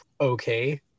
okay